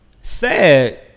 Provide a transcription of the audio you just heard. sad